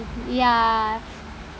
ya